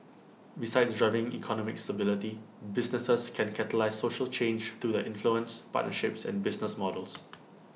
besides driving economic stability businesses can catalyse social change through the influence partnerships and business models